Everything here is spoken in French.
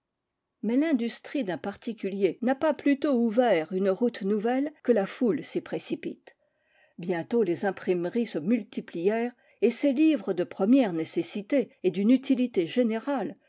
mais l'industrie d'un particulier n'a pas plus tôt ouvert une route nouvelle que la foule s'y précipite bientôt les imprimeries se multiplièrent et ces livres de première nécessité et d'une utilité générale